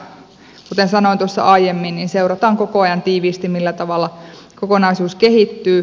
kuten sanoin tuossa aiemmin seurataan koko ajan tiiviisti millä tavalla kokonaisuus kehittyy